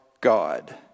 God